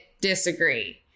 disagree